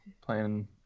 playing